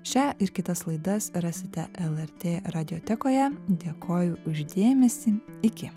šią ir kitas laidas rasite lrt radiotekoje dėkoju už dėmesį iki